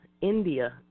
India